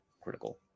critical